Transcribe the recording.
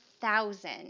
thousand